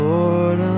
Lord